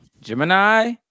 Gemini